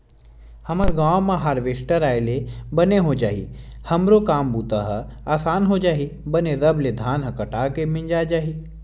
हमर गांव म हारवेस्टर आय ले बने हो जाही हमरो काम बूता ह असान हो जही बने रब ले धान ह कट के मिंजा जाही